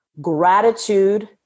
Gratitude